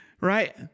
right